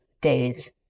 days